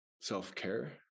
self-care